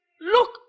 Look